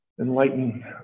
enlighten